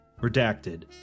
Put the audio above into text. redacted